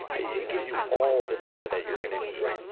it gives you all of the data that you're gonna need.